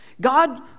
God